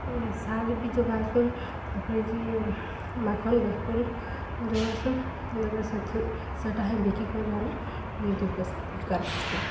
ଶାଗ୍ ବି ଯୋଗାସୁଁ ତାପରେ ଯେ ମାଖନ୍ ବେକନ ଯୋଗାସୁଁ ତାପରେ ସେଥି ସେଟା ହିଁ ବିକି କରି ଆମେ ଦୁଇ ପଇସା ରୋଜଗାର କର୍ସୁଁ